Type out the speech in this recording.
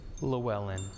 Llewellyn